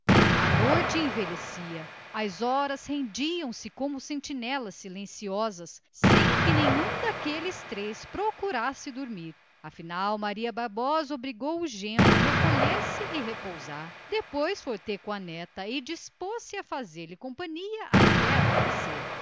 a noite envelhecia e as horas rendiam se que nem sentinelas mudas e nenhum dos três procurava dormir afinal maria bárbara obrigou o genro a recolher-se depois foi ter com a neta e dispôs-se a fazer-lhe companhia até amanhecer